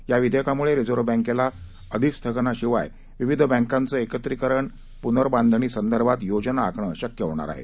या विधेयकामुळे रिझर्व्ह बॅकेला अधिस्थगनाशिवाय विविध बँकांचं एकत्रीकरण पुनर्बांधणी संदर्भात योजना आखणं शक्य होणार आहे